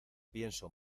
pienso